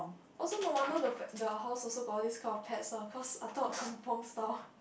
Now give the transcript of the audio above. also no wonder the pe~ the house also got all this kind of pets ah cause I thought kampung style